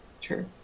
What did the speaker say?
true